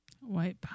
White